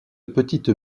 petites